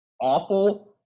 awful